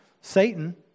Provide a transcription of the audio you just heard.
Satan